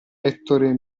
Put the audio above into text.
ettore